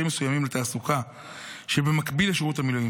מסוימים לתעסוקה במקביל לשירות המילואים,